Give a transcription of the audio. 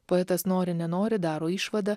poetas nori nenori daro išvadą